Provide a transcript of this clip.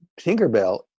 Tinkerbell